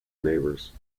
neighbors